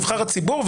נבחר הציבור,